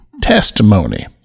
testimony